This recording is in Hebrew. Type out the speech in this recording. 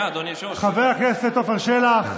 חבר הכנסת עפר שלח.